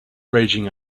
raging